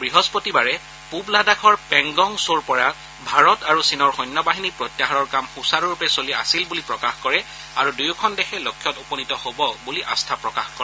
বৃহস্পতিবাৰে পূব লাডাখৰ পেংগং চোৰ পৰা ভাৰত আৰু চীনৰ সৈন্যবাহিনী প্ৰত্যাহাৰৰ কাম সূচাৰুৰূপে চলি আছিল বুলি প্ৰকাশ কৰে আৰু দুয়োখন দেশে লক্ষ্যত উপনীত হব বুলি আস্থা প্ৰকাশ কৰে